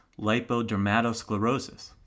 lipodermatosclerosis